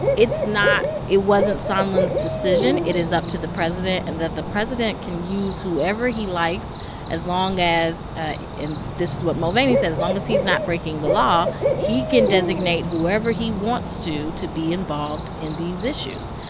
it's not it wasn't sondland's decision. it is up to the president and that the president can use whoever he likes as long as ah and this is what mulvaney said as long as he's not breaking the law, he can designate whoever he wants to to be involved in these issues.